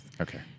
Okay